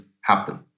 happen